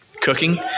cooking